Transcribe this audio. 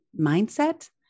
mindset